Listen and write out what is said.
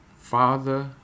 Father